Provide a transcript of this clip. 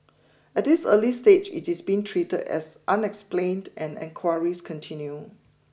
at this early stage it is being treated as unexplained and enquiries continue